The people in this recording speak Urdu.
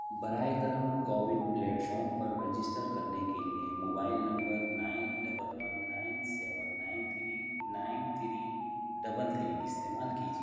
براہ کرم کوون پلیٹفارم پر رجسٹر کرنے کے لیے mobile number nine double one nine seven nine three nine three double three استعمال کیجیے